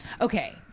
Okay